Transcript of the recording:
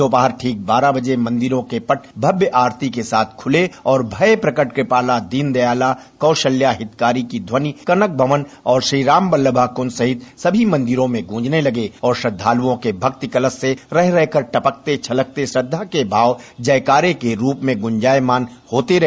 दोपहर ठीक बारह बजे मंदिरों के पट भव्य आरती के साथ खुले और भये प्रगट कृपाला दीनदयाला कौसल्या हितकारी की ध्वनि कनक भवन और श्री राम बल्लभा कुञ्ज सहित सभी मंदिरों में गूंजने लगे और श्रद्दालुओं के भक्ति कलश से रह रह कर टपकते छलकते श्रद्दा के भावं जयकारे के रूप में गुंजायमान होते रहे